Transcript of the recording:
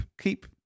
keep